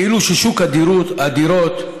כאילו ששוק הדירות הוא